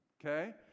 Okay